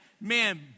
man